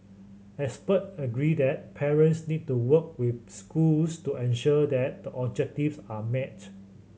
expert agree that parents need to work with schools to ensure that the objectives are met